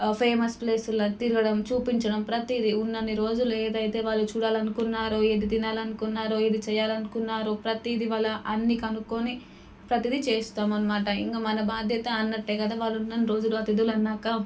famous ప్లేసుల్లో తిరగడం చూపించడం ప్రతిదీ ఉన్నన్ని రోజులు ఏదైతే వాళ్ళు చూడాలనుకున్నారో ఏది తినాలనుకున్నారో ఏది చెయ్యాలనుకున్నారో ప్రతిదీ వాళ్ళ అన్నీ కనుక్కొని ప్రతీది చేస్తామని మాట ఇంక మన బాధ్యత అన్నట్టే కదా వాళ్ళు ఉన్నన్ని రోజుల అతిధులన్నాక